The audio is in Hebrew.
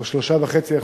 או 3.5%,